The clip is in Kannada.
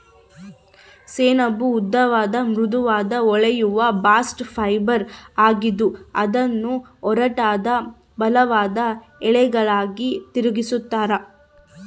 ಸೆಣಬು ಉದ್ದವಾದ ಮೃದುವಾದ ಹೊಳೆಯುವ ಬಾಸ್ಟ್ ಫೈಬರ್ ಆಗಿದ್ದು ಅದನ್ನು ಒರಟಾದ ಬಲವಾದ ಎಳೆಗಳಾಗಿ ತಿರುಗಿಸ್ತರ